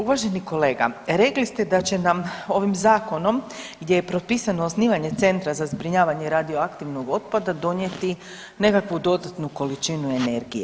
Uvaženi kolega, rekli ste da će nam ovim Zakonom gdje je propisano osnivanje centra za zbrinjavanje radioaktivnog otpada donijeti nekakvu dodatnu količinu energije.